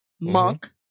Monk